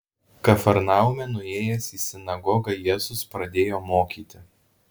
kafarnaume nuėjęs į sinagogą jėzus pradėjo mokyti